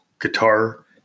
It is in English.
guitar